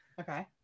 okay